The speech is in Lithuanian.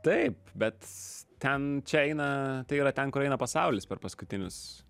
taip bet ten čia eina tai yra ten kur eina pasaulis per paskutinius